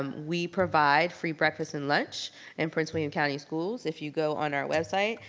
um we provide free breakfast and lunch in prince william county schools. if you go on our website,